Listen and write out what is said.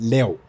Leo